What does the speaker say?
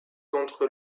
contre